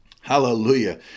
Hallelujah